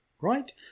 right